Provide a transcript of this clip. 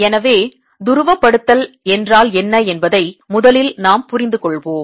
எனவே துருவப்படுத்தல் என்றால் என்ன என்பதை முதலில் நாம் புரிந்து கொள்வோம்